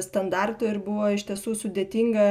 standartų ir buvo iš tiesų sudėtinga